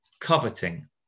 coveting